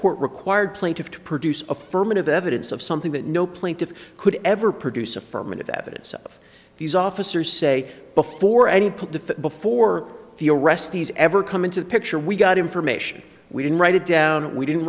court required plaintiff to produce affirmative evidence of something that no plaintiff could ever produce affirmative evidence of these officers say before any put the before the arrestees ever come into the picture we got information we didn't write it down we didn't